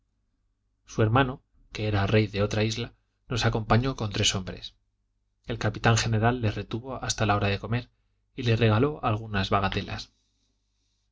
su hermano que era rey de otra isla nos acompañó con tres hombres el capitán general le retuvo hasta la hora de comer y le regaló algunas bagatelas